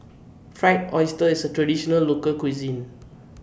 Fried Oyster IS A Traditional Local Cuisine